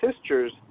sisters